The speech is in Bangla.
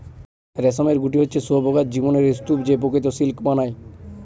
রেশমের গুটি হচ্ছে শুঁয়োপকার জীবনের স্তুপ যে প্রকৃত সিল্ক বানায়